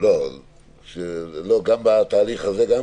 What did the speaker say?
גם בתהליך הזה?